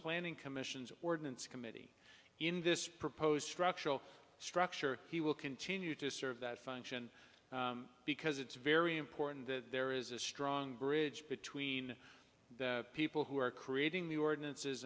planning commissions ordinance committee in this proposed structural structure he will continue to serve that function because it's very important that there is a strong bridge between the people who are creating the ordinances